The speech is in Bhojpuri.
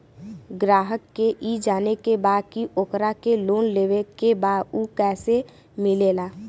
ग्राहक के ई जाने के बा की ओकरा के लोन लेवे के बा ऊ कैसे मिलेला?